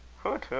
hoot! hoot!